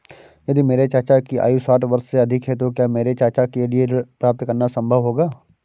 यदि मेरे चाचा की आयु साठ वर्ष से अधिक है तो क्या मेरे चाचा के लिए ऋण प्राप्त करना संभव होगा?